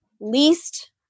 least